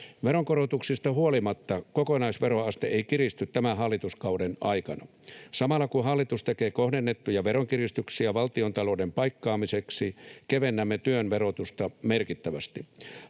Veronkorotuksista huolimatta kokonaisveroaste ei kiristy tämän hallituskauden aikana. Samalla kun hallitus tekee kohdennettuja veronkiristyksiä valtiontalouden paikkaamiseksi, kevennämme työn verotusta merkittävästi.